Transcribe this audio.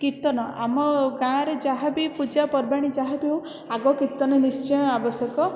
କୀର୍ତ୍ତନ ଆମ ଗାଁରେ ଯାହାବି ପୂଜା ପର୍ବାଣି ଯାହାବି ହେଉ ଆଗ କୀର୍ତ୍ତନ ନିଶ୍ଚୟ ଆବଶ୍ୟକ